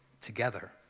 together